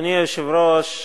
אדוני היושב-ראש,